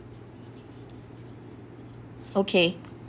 okay